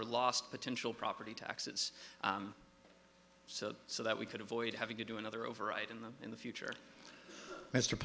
are lost potential property taxes so that so that we could avoid having to do another override in the in the future m